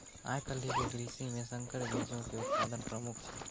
आइ काल्हि के कृषि मे संकर बीजो के उत्पादन प्रमुख छै